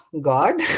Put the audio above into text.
God